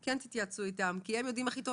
אני מציעה שכן תתייעצו איתם כי הם יודעים הכי טוב